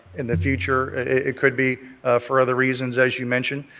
in the future, it could be for other reasons, as you mentioned,